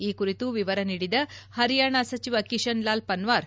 ಈ ಕುರಿತು ವಿವರ ನೀಡಿದ ಹರಿಯಾಣ ಸಚಿವ ಕಿಷನ್ ಲಾಲ್ ಪನ್ವಾರ್